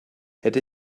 hätte